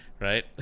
right